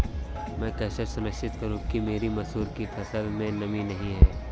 मैं कैसे सुनिश्चित करूँ कि मेरी मसूर की फसल में नमी नहीं है?